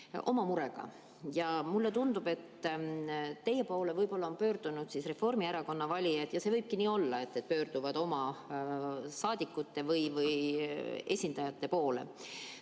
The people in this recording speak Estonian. oma murega. Ja mulle tundub, et teie poole võib-olla on pöördunud Reformierakonna valijad ja see võibki nii olla. Valijad pöörduvad oma saadikute või esindajate poole.